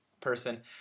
person